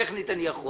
טכנית אני יכול